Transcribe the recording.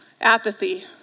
apathy